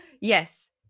yes